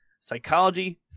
psychology